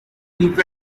leave